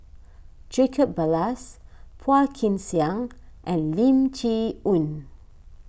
Jacob Ballas Phua Kin Siang and Lim Chee Onn